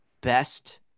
best